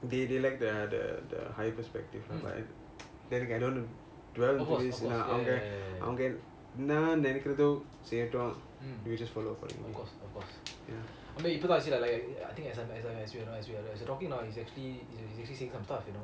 they they lack the the the higher perspective lah but then again I don't want to dwell over this அவங்க அவங்க என்ன நெனைக்கிறது செய்யட்டும்:avanga avanga enna nenakirathu seiyatum you just follow